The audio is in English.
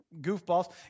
goofballs